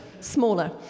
smaller